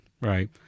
right